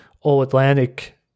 All-Atlantic